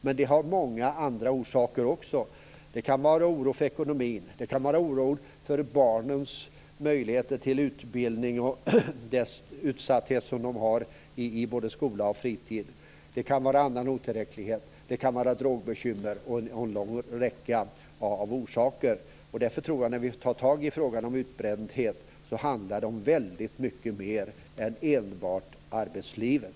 Men det har många andra orsaker också. Det kan vara oro för ekonomin. Det kan vara oro för barnens möjligheter till utbildning och den utsatthet som de upplever både i skolan och på fritiden. Det kan vara annan otillräcklighet, drogbekymmer och en lång räcka andra orsaker. När vi tar tag i frågan om utbrändhet handlar det om väldigt mycket mer än enbart arbetslivet.